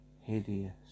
hideous